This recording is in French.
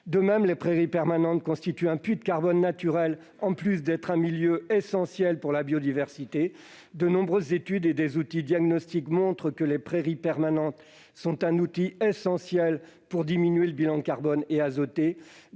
De même, les prairies permanentes constituent un puits de carbone naturel, en plus d'être un milieu essentiel pour la biodiversité. De nombreuses études et des outils diagnostics montrent que ces prairies sont un outil essentiel pour diminuer le bilan carbone et azoté